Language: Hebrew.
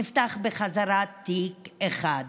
נפתח בחזרה תיק אחד,